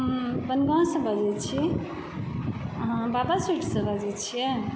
हम बनगाँवसँ बजैत छी अहाँ बाबा स्वीटसँ बजय छियै